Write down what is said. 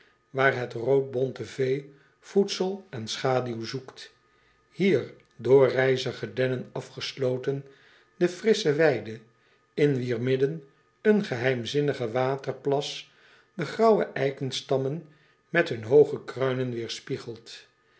waar het roodbonte vee voedsel en schaduw zoekt hier door rijzige dennen afgesloten de frissche weide in wier midden een geheimzinnige waterplas de graauwe eikestammen met hun hooge kruinen weêrspiegelt